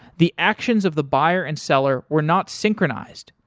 the actions of the buyer and seller were not synchronized.